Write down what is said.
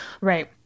Right